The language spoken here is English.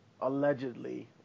allegedly